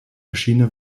verschiedene